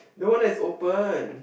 the one that's open